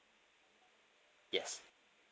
yes